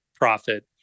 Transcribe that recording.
profit